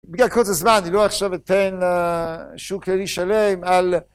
בגלל קוצר זמן, אני לא עכשיו אתן שיעור כללי שלם על...